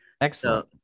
Excellent